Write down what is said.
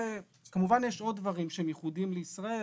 כמובן שיש עוד דברים שהם ייחודיים לישראל,